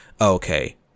Okay